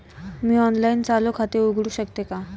मी online चालू खाते उघडू शकते का?